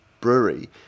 brewery